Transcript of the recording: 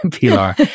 Pilar